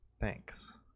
Thanks